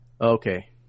okay